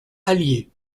allier